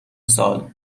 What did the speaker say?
سال